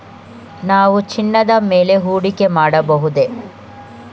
ನಾವು ಚಿನ್ನದ ಮೇಲೆ ಹೂಡಿಕೆ ಮಾಡಬಹುದೇ?